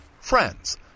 friends